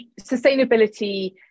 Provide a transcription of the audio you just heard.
sustainability